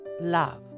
love